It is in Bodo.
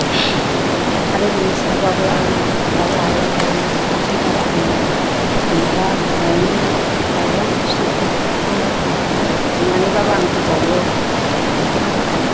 आरो बेनि सायावबाबो आङो दाउ लायो दाउनि फारसेबाबो आङो जेन'बा न'नि माइरं एसे एंखुरफोरखौनो संनानैबाबो आं होबावो बेफोरनि थाखाय